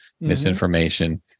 misinformation